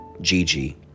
Gigi